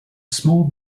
small